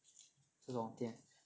这种店